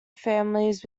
families